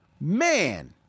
Man